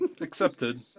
accepted